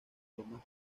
lomas